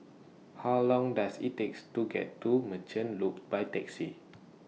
How Long Does IT takes to get to Merchant Loop By Taxi